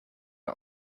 not